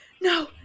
no